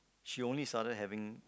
she only started having